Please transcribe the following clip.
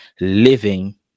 living